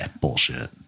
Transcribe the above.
Bullshit